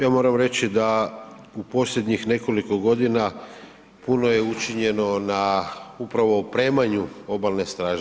Ja moram reći da u posljednjih nekoliko godina puno je učinjeno na upravo opremanju obalne straže.